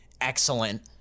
excellent